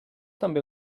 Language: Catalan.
també